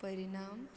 परिणाम